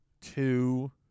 two